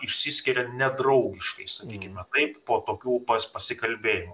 išsiskiria nedraugiškai sakykime taip po tokių pasikalbėjimų